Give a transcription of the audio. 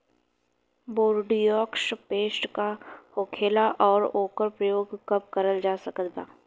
Bordeaux paste का होखेला और ओकर प्रयोग कब करल जा सकत बा?